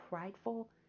prideful